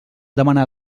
demanar